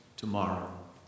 tomorrow